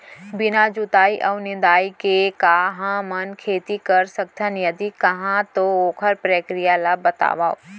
बिना जुताई अऊ निंदाई के का हमन खेती कर सकथन, यदि कहाँ तो ओखर प्रक्रिया ला बतावव?